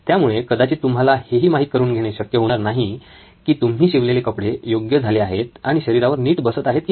त्यामुळे कदाचित तुम्हाला हेही ही माहीत करून घेणे शक्य होणार नाही की तुम्ही शिवलेले कपडे योग्य झाले आहेत आणि शरीरावर नीट बसत आहेत की नाही